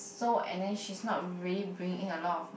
so and then he's not really bringing in a lot of